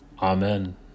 Amen